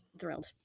thrilled